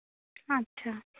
अच्छा